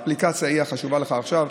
האפליקציה היא החשובה לך עכשיו.